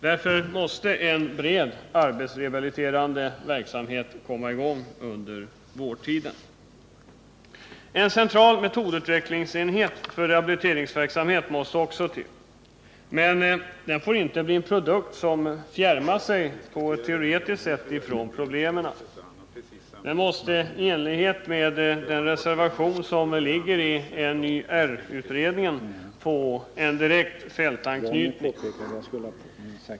Därför måste en bred arbetsrehabiliterande verksamhet komma i gång under vårdtiden. En central metodutvecklingsenhet för rehabiliteringsverksamhet måste också till. Men den får inte på ett teoretiskt sätt fjärma sig från problemen — den måste i enlighet med en reservation i NYR-utredningen få en direkt fältanknytning.